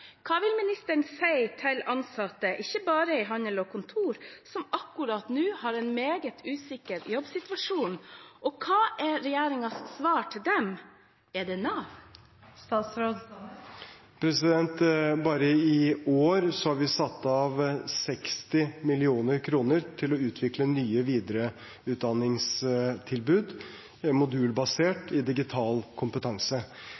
Hva vil ministeren si til ansatte, ikke bare i Handel og Kontor, som akkurat nå har en meget usikker jobbsituasjon, og hva er regjeringens svar til dem? Er det Nav? Bare i år har vi satt av 60 mill. kr til å utvikle nye, modulbaserte, videreutdanningstilbud